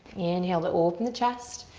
inhale to open the chest.